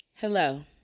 Hello